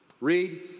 Read